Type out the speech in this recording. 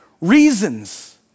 reasons